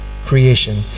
Creation